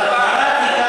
קראתי,